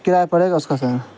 کرایہ پڑے گا اس کا سر